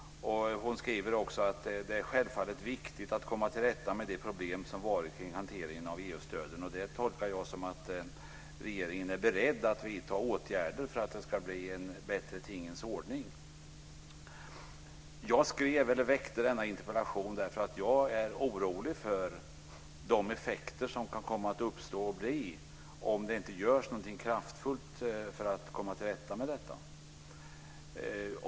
Hon skriver också att det självfallet är viktigt att komma till rätta med de problem som har funnits kring hanteringen av EU-stöden. Det tolkar jag som att regeringen är beredd att vidta åtgärder för att det ska bli en bättre tingens ordning. Jag väckte denna interpellation därför att jag är orolig för de effekter som kan komma att uppstå om det inte görs någonting kraftfullt för att komma till rätta med detta.